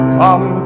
come